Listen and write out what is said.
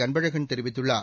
அன்பழகன் தெரிவித்துள்ளார்